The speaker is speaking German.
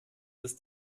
ist